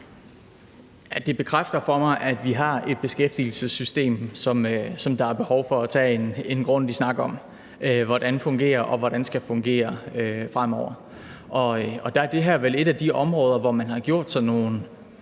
Det bekræfter for mig, at vi har et beskæftigelsessystem, der er behov for at tage en grundig snak om hvordan fungerer og hvordan skal fungere fremover. Der er det her vel et af de områder, hvor man har gjort sig nogle